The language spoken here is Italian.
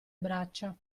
braccia